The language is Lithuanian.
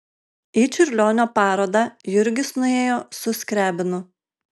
į čiurlionio parodą jurgis nuėjo su skriabinu